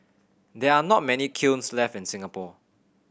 there are not many kilns left in Singapore